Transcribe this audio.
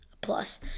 plus